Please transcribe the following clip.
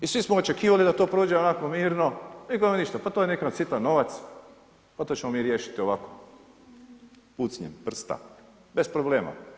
I svi smo očekivali da to prođe onako mirno, nikome ništa, pa to je neki sitan novac pa to ćemo mi riješiti ovako, pucnjem prsta, bez problema.